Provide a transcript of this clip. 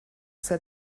said